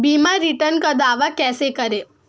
बीमा रिटर्न का दावा कैसे करें?